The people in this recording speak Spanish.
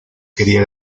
quería